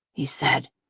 he said.